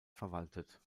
verwaltet